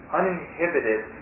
uninhibited